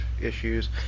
issues